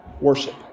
worship